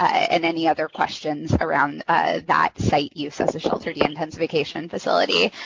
and any other questions around that site use as a shelter deintensification facility.